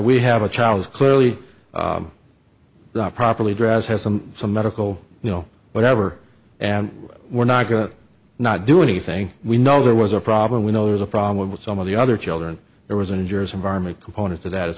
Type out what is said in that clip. we have a child clearly not properly dress has some some medical you know whatever and we're not going to not do anything we know there was a problem we know there's a problem with some of the other children there was a new jersey environment component to that as